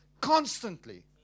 constantly